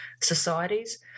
societies